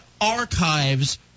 archives